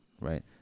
right